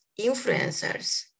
influencers